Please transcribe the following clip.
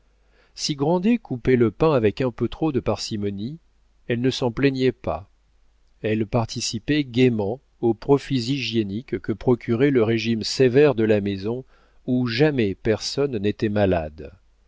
si grandet coupait le pain avec un peu trop de parcimonie elle ne s'en plaignait pas elle participait gaiement aux profits hygiéniques que procurait le régime sévère de la maison où jamais personne n'était malade